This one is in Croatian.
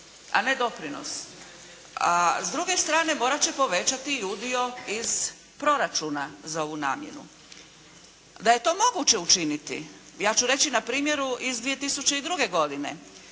a ne doprinos. S druge strane morat će povećati i udio iz proračuna za ovu namjenu. Da je to moguće učiniti ja ću reći na primjeru iz 2002. godine